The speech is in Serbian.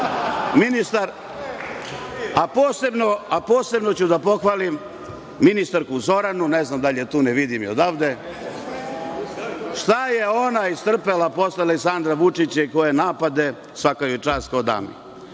ministar. Posebno ću da pohvalim ministarku Zoranu, ne znam da li je tu, ne vidim je odavde. Šta je ona istrpela posle Aleksandra Vučića i koje napade, svaka joj čast kao dami.Za